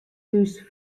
thús